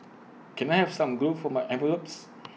can I have some glue for my envelopes